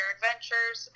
Adventures